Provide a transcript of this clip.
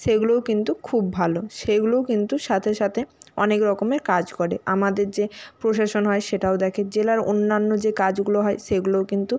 সেইগুলোও কিন্তু খুব ভালো সেগুলোও কিন্তু সাথে সাথে অনেক রকমের কাজ করে আমাদের যে প্রশাসন হয় সেটাও দেখে জেলার অন্যান্য যে কাজগুলো হয় সেগুলোও কিন্তু